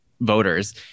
voters